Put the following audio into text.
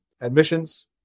admissions